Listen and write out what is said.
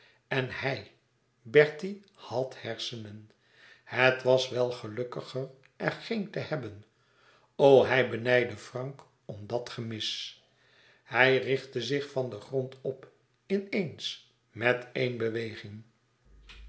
en hij bertie hàd hersenen het was wel gelukkiger er geen te hebben o hij benijdde frank om dat gemis hij richtte zich van den grond op in eens met ééne beweging